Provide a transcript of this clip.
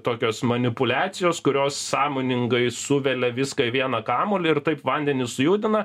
tokios manipuliacijos kurios sąmoningai suvelia viską į vieną kamuolį ir taip vandenį sujudina